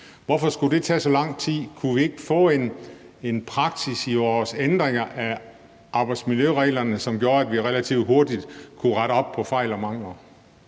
Hvorfor skulle det tage så lang tid? Kunne vi ikke få en praksis i vores ændringer af arbejdsmiljøreglerne, som gjorde, at vi relativt hurtigt kunne rette op på fejl og mangler?